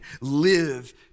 live